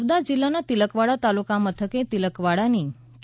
નર્મદા જિલ્લાના તિલકવાડા તાલુકા મથકે તિલકવાડાની કે